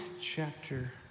chapter